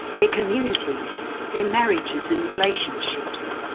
their communities, their marriages and relationships.